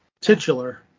Titular